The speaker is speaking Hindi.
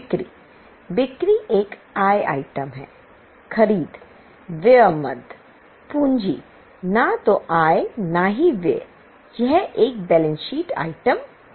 बिक्री बिक्री एक आय आइटम है खरीद व्यय मद पूंजी न तो आय और न ही व्यय यह एक बैलेंस शीट आइटम है